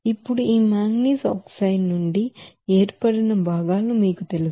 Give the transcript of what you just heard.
ఇప్పుడు ఈ manganese oxide నుండి ఏర్పడిన భాగాలు మీకు తెలుసు